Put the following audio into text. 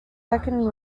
second